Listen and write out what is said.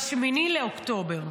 ב-8 באוקטובר.